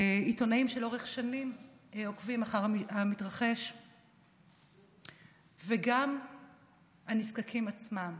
עיתונאים שלאורך שנים עוקבים אחר המתרחש וגם הנזקקים עצמם,